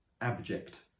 abject